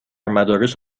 مدارس